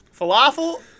Falafel